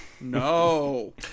No